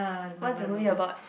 what's the movie about